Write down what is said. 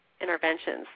interventions